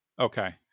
Okay